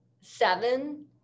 seven